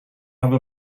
have